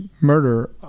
murder